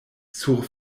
sur